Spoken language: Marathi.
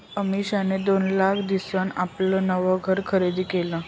अमिषानी दोन लाख दिसन आपलं नवं घर खरीदी करं